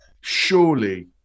surely